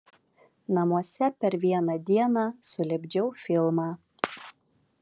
namuose per vieną dieną sulipdžiau filmą